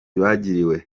bagiriwe